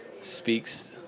speaks